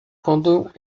quando